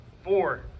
four